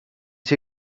see